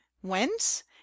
whence